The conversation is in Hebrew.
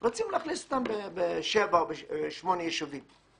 רוצים לאכלס אותם בשבעה או בשמונה יישובים.